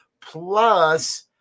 Plus